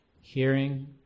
hearing